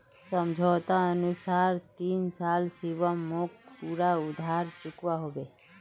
समझोतार अनुसार तीन साल शिवम मोक पूरा उधार चुकवा होबे